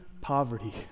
poverty